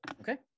Okay